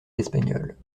espagnoles